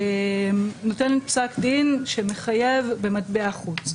נותנת פסק דין שמחייב במטבע חוץ.